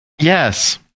Yes